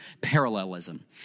parallelism